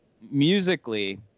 musically